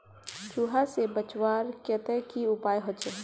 चूहा से बचवार केते की उपाय होचे?